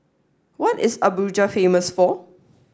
what is Abuja famous for